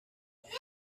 after